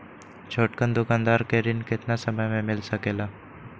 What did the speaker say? छोटकन दुकानदार के ऋण कितने समय मे मिल सकेला?